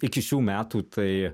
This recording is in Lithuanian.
iki šių metų tai